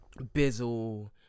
Bizzle